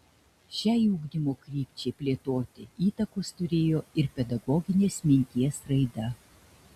šiai ugdymo krypčiai plėtoti įtakos turėjo ir pedagoginės minties raida